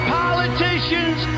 politicians